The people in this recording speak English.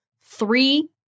Three